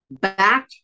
back